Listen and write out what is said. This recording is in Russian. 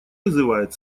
вызывает